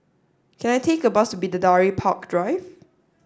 can I take a bus to Bidadari Park Drive